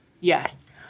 Yes